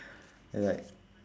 and like